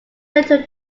little